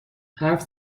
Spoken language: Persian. حرف